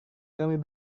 kami